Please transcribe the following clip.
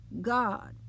God